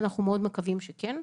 אנחנו מאוד מקווים שכן.